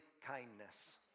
kindness